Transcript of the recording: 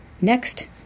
Next